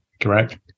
Correct